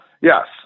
Yes